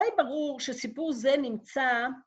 ‫היה ברור שסיפור זה נמצא.